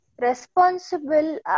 Responsible